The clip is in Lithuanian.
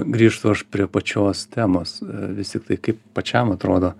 grįžtu aš prie pačios temos vis tiktai kaip pačiam atrodo